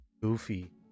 goofy